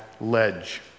ledge